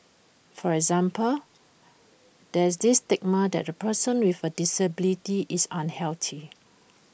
for example there's this stigma that A person with A disability is unhealthy